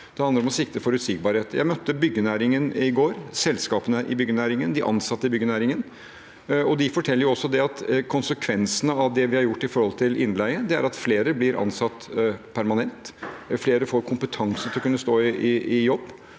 Det handler om å sikre forutsigbarhet. Jeg møtte byggenæringen i går – selskapene i byggenæringen, de ansatte i byggenæringen. De forteller at konsekvensene av det vi har gjort når det gjelder innleie, er at flere blir ansatt permanent, flere får kompetanse til å kunne stå i jobb,